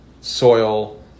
soil